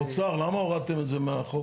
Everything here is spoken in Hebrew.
האוצר, למה הורדתם את זה מהחוק?